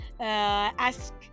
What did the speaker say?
ask